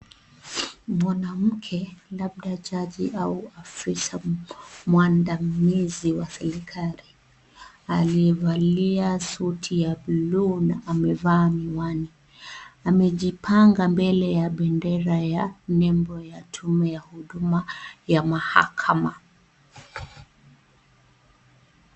Mwanamke labda jaji au afisa mwandamizi wa serikali aliyevalia suti ya bluu na amevaa miwani amejipanga mbele ya bendera ya nembo ya tume ya huduma ya mahakama.